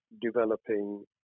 developing